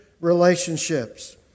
Relationships